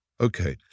Okay